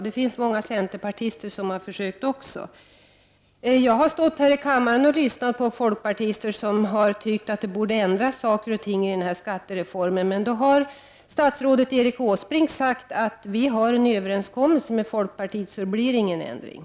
Det finns även många centerpartister som har försökt påverka den. Jag har här i kammaren lyssnat till folkpartister som har velat att saker och ting borde ändras i den här skattereformen. Men då har statsrådet Erik Åsbrink sagt att eftersom det finns en överenskommelse med folkpartiet, blir det inte någon ändring.